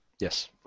Yes